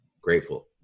grateful